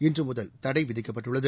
இன்று முதல் தடை விதிக்கப்பட்டுள்ளது